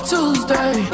Tuesday